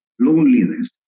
loneliness